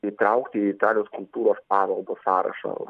įtraukė į italijos kultūros paveldo sąrašą